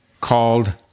called